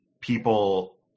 people